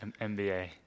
MBA